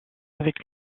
avec